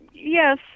Yes